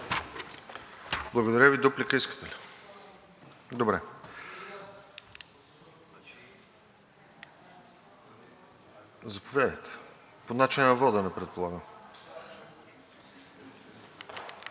Благодаря Ви. Дуплика искате ли? Добре. Заповядайте. По начина на водене, предполагам?